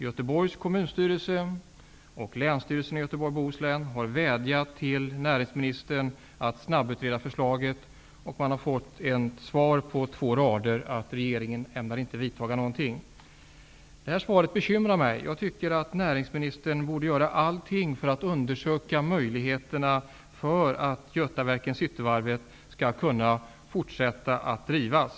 Göteborgs och Bohus län har vädjat till näringsministern att snabbutreda förslaget. Man har fått ett svar på två rader att regeringen inte ämnar vidta några åtgärder. Detta svar bekymrar mig. Jag tycker att näringsministern borde göra allt för att undersöka möjligheterna för att Götaverkan-Cityvarvet skall kunna fortsätta att drivas.